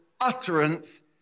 utterance